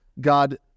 God